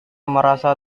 merasa